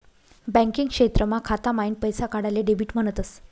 banking क्षेत्रमा खाता माईन पैसा काढाले डेबिट म्हणतस